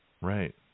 Right